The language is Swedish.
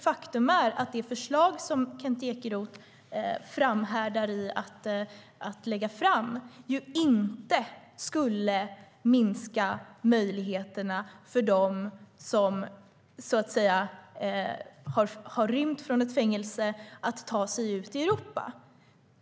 Faktum är att det förslag som Kent Ekeroth framhärdar i inte skulle minska möjligheterna för dem som har rymt från ett fängelse att ta sig ut i Europa.